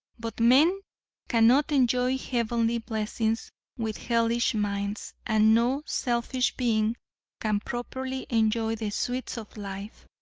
but men cannot enjoy heavenly blessings with hellish minds, and no selfish being can properly enjoy the sweets of life.